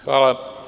Hvala.